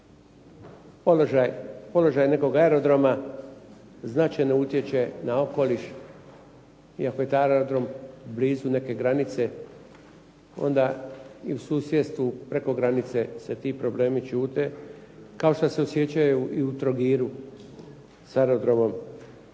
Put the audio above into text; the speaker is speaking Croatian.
Položaj nekakvog aerodroma značajno utječe na okoliš iako je taj aerodrom blizu neke granice, onda i u susjedstvu preko granice se ti problemi ćute, kao što se osjećaju i u Trogiru sa aerodromom